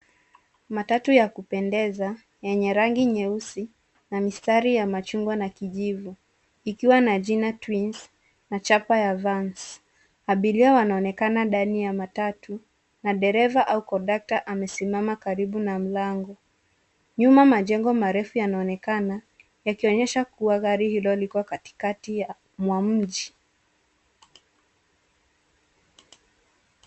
Matatu ya kupendeza yenye rangi nyeusi na mistari ya machungwa na kijivu, ikiwa na jina Twins na chapa ya Vans. Abiria wanaonekana ndani ya Matatu, na dereva au kondakta amesimama karibu na mlango. Nyuma, majengo marefu yanaonekana, yakionyesha kuwa gari hilo liko katikati ya mwa mji.